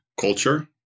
culture